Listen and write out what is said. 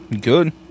Good